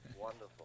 Wonderful